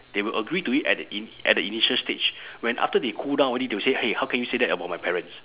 they will agree to it at the ini~ at the initial stage when after they cool down already they will say !hey! how can you say that about my parents